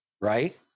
right